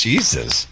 Jesus